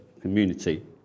community